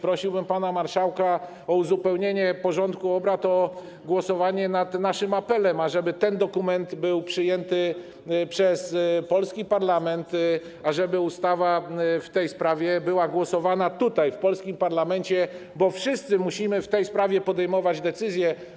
Prosiłbym pana marszałka o uzupełnienie porządku obrad o głosowanie nad naszym apelem, ażeby ten dokument był przyjęty przez polski parlament, ażeby ustawa w tej sprawie była głosowana tutaj, w polskim parlamencie, bo wszyscy musimy w tej sprawie podejmować decyzje.